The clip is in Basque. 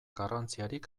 garrantziarik